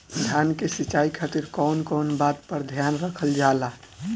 धान के सिंचाई खातिर कवन कवन बात पर ध्यान रखल जा ला?